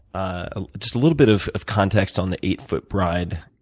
ah just a little bit of of context on the eight-foot bride?